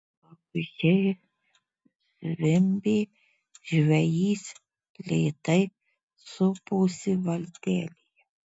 vabzdžiai zvimbė žvejys lėtai suposi valtelėje